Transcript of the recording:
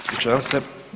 Ispričavam se.